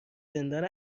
زندان